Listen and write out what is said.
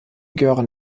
gehören